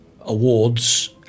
awards